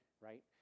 right